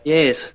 Yes